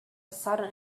sudden